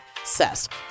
obsessed